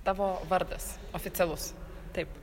tavo vardas oficialus taip